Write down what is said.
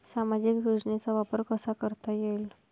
सामाजिक योजनेचा वापर कसा करता येईल?